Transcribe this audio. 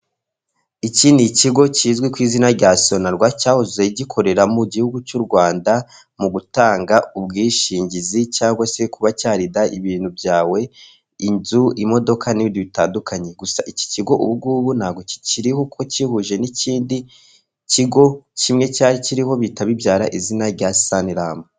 iki n'ikigo kizwi ku izina rya Sonarwa cyahoze gikorera mu gihugu cy'u Rwanda mu gutanga ubwishingizi cyangwa se kuba cyarinda ibintu byawe, inzu, imodoka nibindi bitandukanye gusa iki kigo ubungubu ntabwo kikiriho kuko kihuje n'ikindi kigo kimwe cyari kiriho bihita bibyara izina rya Sanilamu.